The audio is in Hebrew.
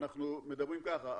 אנחנו מדברים ככה,